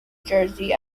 jersey